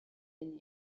been